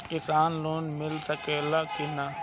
किसान लोन मिल सकेला कि न?